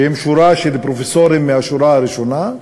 שהם שורה של פרופסורים מהשורה הראשונה,